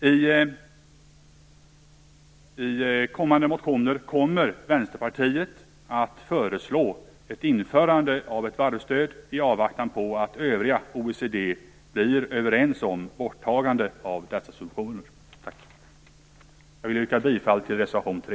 I kommande motioner kommer Vänsterpartiet att föreslå ett införande av ett varvsstöd i avvaktan på att övriga OECD kommer överens om borttagandet av dessa subventioner. Jag yrkar bifall till reservation 3.